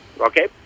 Okay